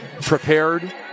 prepared